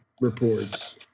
reports